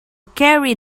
carry